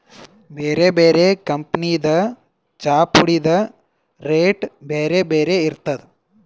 ಬ್ಯಾರೆ ಬ್ಯಾರೆ ಕಂಪನಿದ್ ಚಾಪುಡಿದ್ ರೇಟ್ ಬ್ಯಾರೆ ಬ್ಯಾರೆ ಇರ್ತದ್